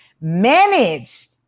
manage